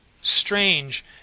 strange